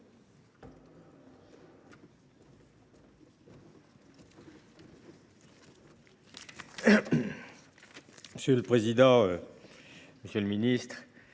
Monsieur le président, monsieur le ministre,